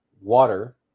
water